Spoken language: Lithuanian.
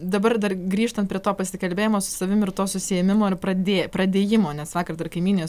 dabar dar grįžtant prie to pasikalbėjimo su savim ir tos užsiėmimo ir pradė pradėjimo nes vakar dar kaimynė